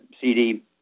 CD